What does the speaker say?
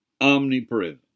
omnipresent